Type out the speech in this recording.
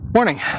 Morning